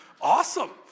Awesome